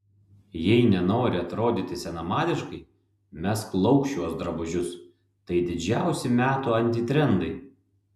jei nenori atrodyti senamadiškai mesk lauk šiuos drabužius tai didžiausi metų antitrendai